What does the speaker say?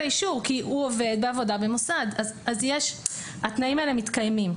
האישור כי הוא עובד בעבודה במוסד ואז התנאים האלה מתקיימים.